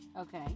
Okay